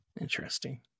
Interesting